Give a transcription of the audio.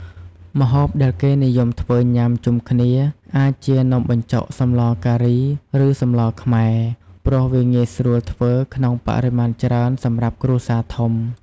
ម្ហូបដែលគេនិយមធ្វើញុំាជុំគ្នាអាចជានំបញ្ចុកសម្លការី ឬ សម្លខ្មែរ ព្រោះវាងាយស្រួលធ្វើក្នុងបរិមាណច្រើនសម្រាប់គ្រួសារធំ។